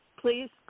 please